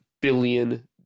billion